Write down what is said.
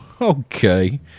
Okay